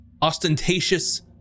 ostentatious